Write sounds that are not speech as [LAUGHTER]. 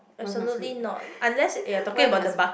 why must wait [LAUGHS] why must